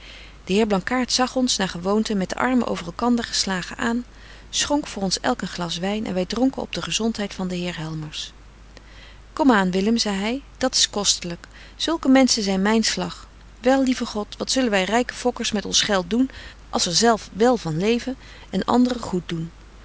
de heer blankaart zag ons naar gewoonte met de armen over elkander geslagen aan schonk voor ons elk een glas wyn en wy dronken op de gezontheid van den heer helmers kom aan willem zei hy dat's kostelyk zulke menschen zyn myn slag wel lieve god wat zullen wy ryke fokkers met ons geld doen als er zelf wel van leven en andren goed doen